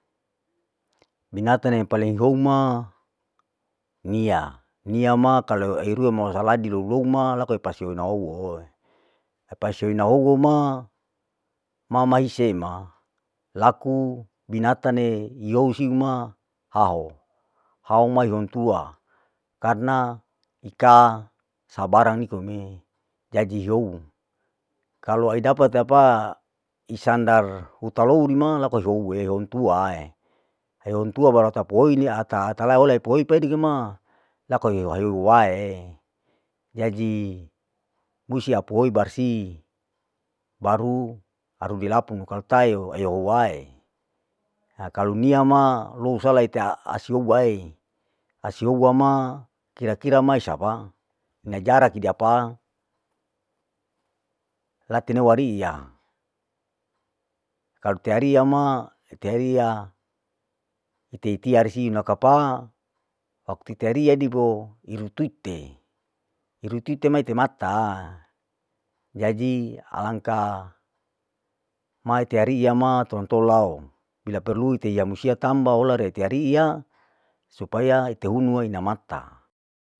Binatang yang paleng hou ma niya, niya ma kalau erue mosaladi lou lou ma laku epasio ina owou. epasio ina owu ma mamaise ma, laku binatane iyou siu ma haho, haho ma ihontua, karna ika sabarang nikome, jadi hiou kalu ai dapat apa isandar hutalouri ma laku houwe heontuae, heountua baru tapooi lia ata ata lae owei puwei peidike ma waee, jadi musti apuoi barsi baru harus dilapung kalu tae ewo ewae, na kalau nia ma lou sala ate aasio wae, asio uwama kira kira maisapa, ina jaraki diapa latene wariya, kalau te ariya ma, teariya ite arti ite etiarsi nakapa, waktu ite ariya dibo irutuite, irutuite ma ite mata, jadi alangka mai teariyama tolan tolao, bila perlu ite hiya musia tamba hola re teariya, supaya ite hunuau ina mata.